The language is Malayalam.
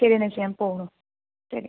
ശരിയെന്നാൽ ചേച്ചി ഞാൻ പോവണു